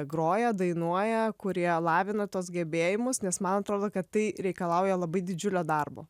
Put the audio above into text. groja dainuoja kurie lavina tuos gebėjimus nes man atrodo kad tai reikalauja labai didžiulio darbo